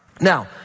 Now